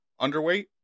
Underweight